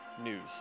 news